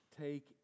take